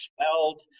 spelled